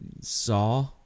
Saw